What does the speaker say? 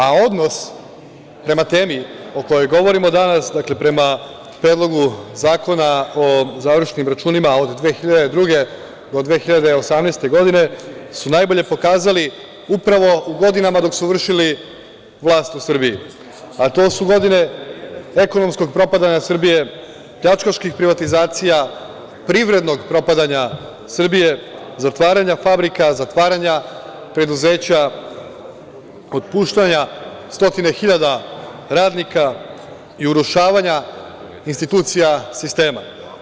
A, odnos prema temi o kojoj govorimo danas, dakle, prema Predlogu zakona o završnim računima od 2002. do 2018. godine, su najbolje pokazali upravo u godinama dok su vršili vlast u Srbiji, a to su godine ekonomskog propadanja Srbije, pljačkaških privatizacija, privrednog propadanja Srbije, zatvaranja fabrika, zatvaranja preduzeća, otpuštanja stotine hiljada radnika i urušavanja institucija sistema.